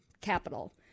capital